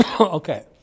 Okay